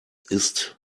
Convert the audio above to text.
ist